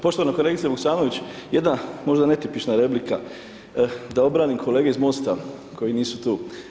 Poštovana kolegice Vuksanović, jedna, možda netipična replika da obranim kolege iz MOST-a koji nisu tu.